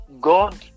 god